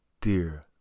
dear